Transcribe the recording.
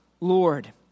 Lord